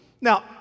Now